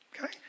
okay